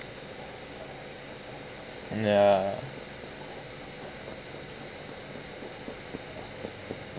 ya